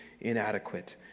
inadequate